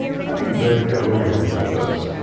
have you read gaboriau's works?